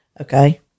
Okay